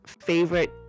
favorite